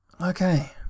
Okay